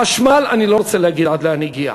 חשמל אני לא רוצה להגיד עד לאן הגיע,